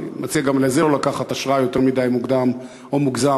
אני מציע גם על זה לא לקחת אשראי יותר מדי מוקדם או מוגזם,